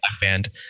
band